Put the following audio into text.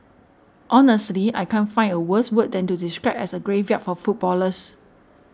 honestly I can't find a worse word than to describe as a graveyard for footballers